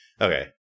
Okay